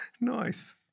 Nice